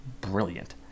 brilliant